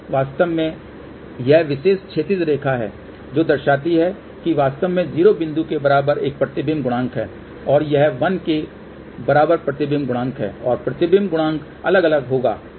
वास्तव में यह विशेष क्षैतिज रेखा है जो दर्शाती है कि वास्तव में 0 बिंदु के बराबर एक प्रतिबिंब गुणांक है और यह 1 के बराबर प्रतिबिंब गुणांक है और प्रतिबिंब गुणांक अलग अलग होगा